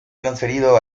transferido